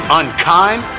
unkind